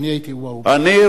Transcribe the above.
אני רוצה להגיד לכם,